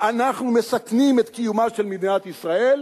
אנחנו מסכנים את קיומה של מדינת ישראל